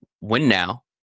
WinNow